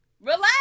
Relax